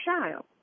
child